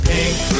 Pink